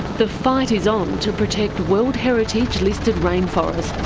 the fight is on to protect world heritage listed rainforests.